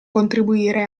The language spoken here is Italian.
contribuire